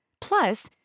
Plus